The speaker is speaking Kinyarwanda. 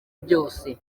byose